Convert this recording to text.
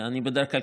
בדרך כלל,